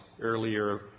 earlier